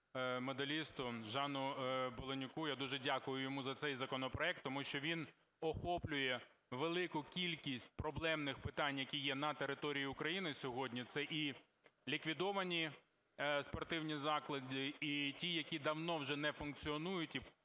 нашому медалісту Жану Беленюку. Я дуже дякую йому за цей законопроект, тому що він охоплює велику кількість проблемних питань, які є на території України сьогодні, це і ліквідовані спортивні заклади, і ті, які давно вже не функціонують.